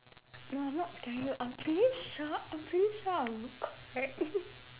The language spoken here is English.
no I'm not scaring you I'm pretty sure I'm pretty sure I'm correct